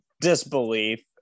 disbelief